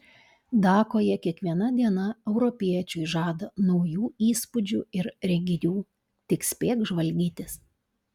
dakoje kiekviena diena europiečiui žada naujų įspūdžių ir reginių tik spėk žvalgytis